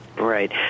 Right